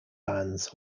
bands